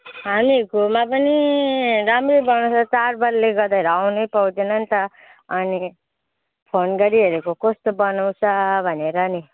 हामी घुमा पनि राम्रै बनाएको छ चाडबाडले गर्दाखेरि आउनै पाउँदैन नि त अनि फोन गरिहेरेको कस्तो बनाउँछ भनेर नि